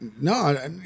No